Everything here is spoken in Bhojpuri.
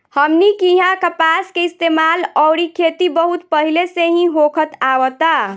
हमनी किहा कपास के इस्तेमाल अउरी खेती बहुत पहिले से ही होखत आवता